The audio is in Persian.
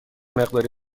مقداری